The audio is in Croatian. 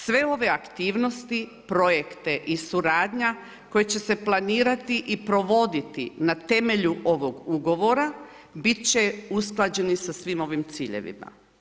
Sve ove aktivnosti, projekte i suradnja koji će se planirati i provoditi na temelju ovog ugovora bit će usklađeni sa svim ovim ciljevima.